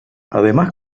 además